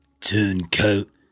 turncoat